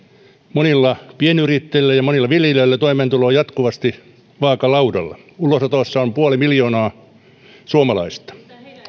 monilla pienyrittäjillä ja monilla viljelijöillä toimeentulo on jatkuvasti vaakalaudalla ulosotossa on puoli miljoonaa suomalaista